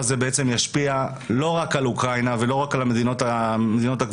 ישפיע לא רק על אוקראינה ולא רק על המדינות בסביבתה,